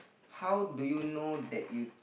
how do you know that you